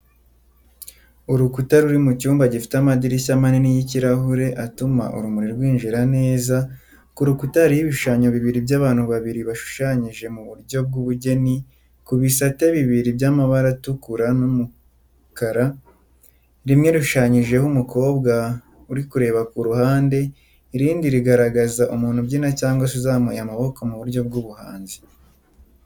Urukuta ruri mu cyumba gifite amadirishya manini y'ikirahure atuma urumuri rwinjira neza, ku rukuta hariho ibishushanyo bibiri by'abantu babiri bishushanyije mu buryo bw'ubugeni ku bisate bibiri by'amabara atukuru n'umukara. Rimwe rishushanyijeho umukobwa kureba ku ruhande, irindi rigaragaza umuntu ubyina cyangwa uzamuye amaboko mu buryo bw'ubuhanzi.